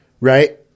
right